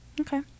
Okay